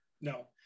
no